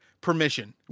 permission